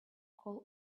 call